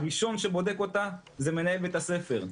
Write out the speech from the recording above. הראשון שבודק אותה זה מנהל בית הספר,